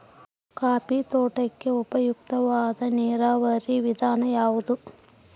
Coffee ತೋಟಕ್ಕೆ ಉಪಯುಕ್ತವಾದ ನೇರಾವರಿ ವಿಧಾನ ಯಾವುದು?